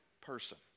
person